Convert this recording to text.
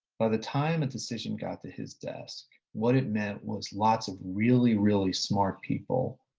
by the time a decision got to his desk, what it meant was lots of really, really smart people